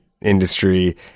industry